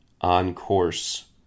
on-course